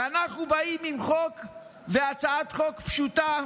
ואנחנו באים עם הצעת חוק פשוטה,